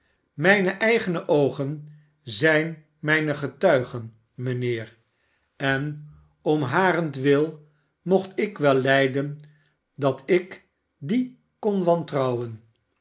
mijne eigene oogen zijn mijne getuigen mijnheer en om harentwil mocht ik wel lijden dat ik die kon wantrouwen